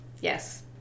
Yes